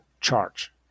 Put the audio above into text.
charge